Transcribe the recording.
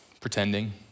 pretending